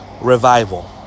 Revival